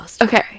Okay